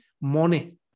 money